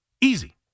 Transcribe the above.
Easy